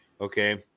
Okay